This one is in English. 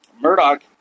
Murdoch